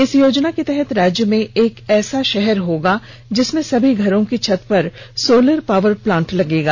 इस योजना के तहत राज्य में एक ऐसा षहर होगा जिसमें सभी घरों की छत पर सोलर पावर प्लांट लगेगा